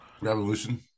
Revolution